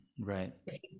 Right